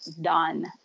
done